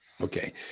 Okay